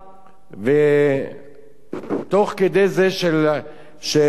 ותוך כדי שיצאו